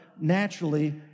naturally